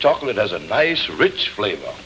chocolate as an ice rich flavor